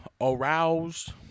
aroused